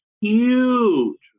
huge